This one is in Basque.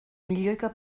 milioika